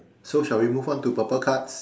so shall we move on to purple card